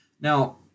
Now